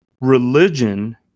Religion